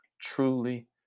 truly